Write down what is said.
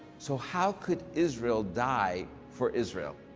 so how could israel die for israel,